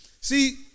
See